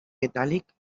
metàl·lic